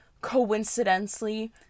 coincidentally